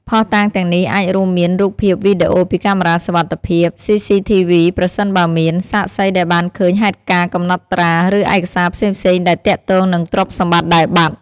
ភស្តុតាងទាំងនេះអាចរួមមាន រូបភាព វីដេអូពីកាមេរ៉ាសុវត្ថិភាព ស៊ីស៊ីធីវី ប្រសិនបើមាន សាក្សីដែលបានឃើញហេតុការណ៍កំណត់ត្រា ឬឯកសារផ្សេងៗដែលទាក់ទងនឹងទ្រព្យសម្បត្តិដែលបាត់។